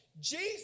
Jesus